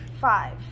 Five